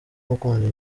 mukunzi